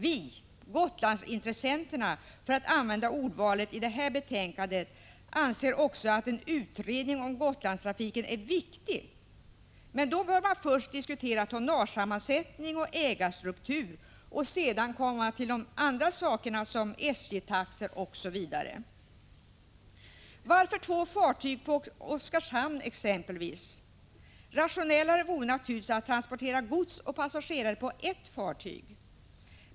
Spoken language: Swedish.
Vi — Gotlandsintressenterna, för att använda ordvalet i detta betänkande — anser också att en utredning om Gotlandstrafiken är viktig. Men då bör man först diskutera tonnagesammansättning och ägarstruktur och sedan komma till de andra sakerna som SJ-taxor osv. Varför två fartyg på Oskarshamn exempelvis? Det rationella vore naturligtvis att transportera gods och passagerare på ett fartyg.